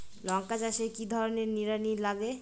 লঙ্কা চাষে কি ধরনের নিড়ানি লাগে?